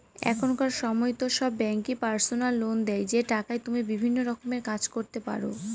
এখনকার সময়তো সব ব্যাঙ্কই পার্সোনাল লোন দেয় যে টাকায় তুমি বিভিন্ন রকমের কাজ করতে পারো